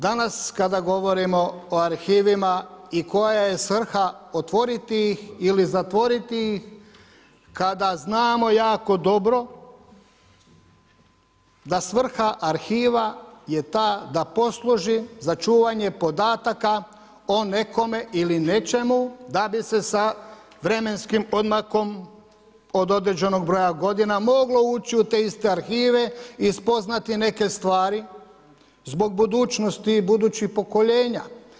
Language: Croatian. Danas, kada govorimo o arhivima, i koja je svrha, otvoriti ih ili zatvoriti ih, kada znamo jako dobro, da svrha arhiva je ta da posluži, za čuvanje podataka o nekome ili nečemu, da bi se sa vremenskim odmakom, od određenog broja godina, moglo ući u te iste arhive i spoznati neke stvari zbog budućnosti i budućih pokoljenja.